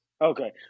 Okay